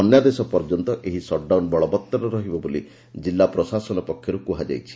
ଅନ୍ୟାଦେଶ ପର୍ଯ୍ୟନ୍ତ ଏହି ସଟ୍ଡାଉନ୍ ବଳବଉର ରହିବ ବୋଲି ଜିଲ୍ଲା ପ୍ରଶାସନ ପକ୍ଷରୁ କୁହାଯାଇଛି